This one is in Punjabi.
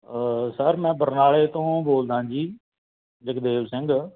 ਸਰ ਮੈਂ ਬਰਨਾਲੇ ਤੋਂ ਬੋਲਦਾਂ ਜੀ ਜਗਦੇਵ ਸਿੰਘ